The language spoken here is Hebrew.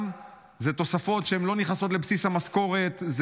אלו תוספות שלא נכנסות לבסיס המשכורת.